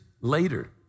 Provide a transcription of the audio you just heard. later